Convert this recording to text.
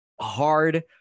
hard